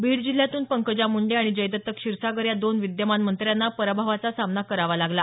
बीड जिल्ह्यातून पंकजा मुंडे आणि जयदत्त क्षीरसागर या दोन विद्यमान मंत्र्यांना पराभवाचा सामना करावा लागला